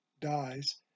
dies